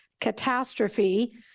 catastrophe